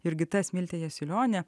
jurgita smiltė jasiulionė